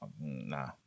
nah